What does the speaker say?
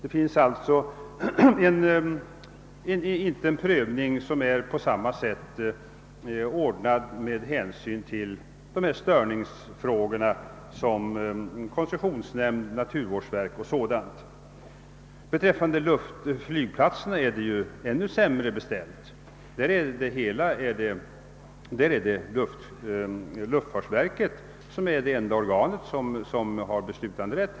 Prövning en är alltså beträffande störningsfrågorna inte ordnad på samma sätt som rörande de spörsmål som handhas av koncessionsnämnden, naturvårdsverket m.fl. I fråga om flygplatserna är det ändå sämre ställt. Luftfartsverket är det enda organ som har beslutanderätt.